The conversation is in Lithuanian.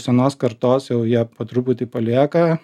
senos kartos jau jie po truputį palieka